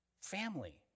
family